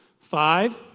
five